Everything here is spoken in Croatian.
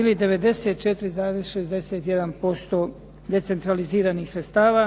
ili 94,61% decentraliziranih sredstava